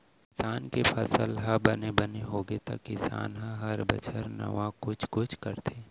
किसान के फसल ह बने बने होगे त किसान ह हर बछर नावा कुछ कुछ करथे